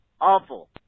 Awful